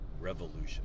revolution